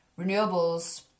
renewables